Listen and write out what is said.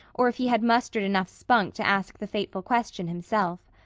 or if he had mustered enough spunk to ask the fateful question himself.